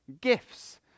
gifts